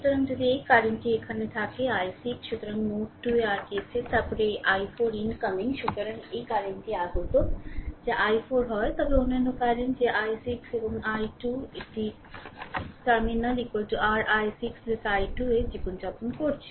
সুতরাং যদি এই কারেন্টটি এখানে থাকে i6 সুতরাং নোড 2 এ r KCL তারপরে এই i4 ইনকামিং সুতরাং এই কারেন্টটি আগত যা i4 হয় তবে অন্যান্য কারেন্ট যে i6 এবং i2 এটি টার্মিনাল r i6 i2 এ জীবনযাপন করছে